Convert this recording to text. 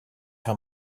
how